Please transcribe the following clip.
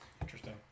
Interesting